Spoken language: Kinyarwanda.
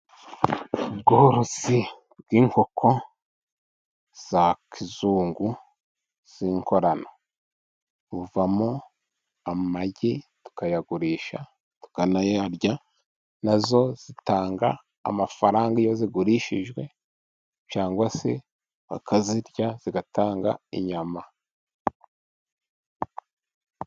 Ubworozi bw'inkoko za kizungu zinkorano buvamo amagi tukayagurisha, tukanayarya, nazo zitanga amafaranga iyo zigurishijwe cyangwa se bakazirya zitanga inyama.